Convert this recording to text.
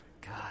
god